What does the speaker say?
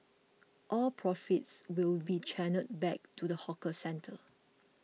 all profits will be channelled back to the hawker centre